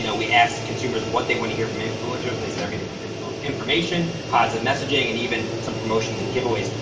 yeah we asked consumers what they wanna hear from influencers and they said everything from and from information, positive messaging, and even some promotions and giveaways.